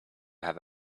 have